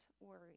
worry